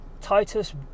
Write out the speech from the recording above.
Titus